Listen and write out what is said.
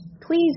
please